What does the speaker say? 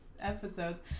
episodes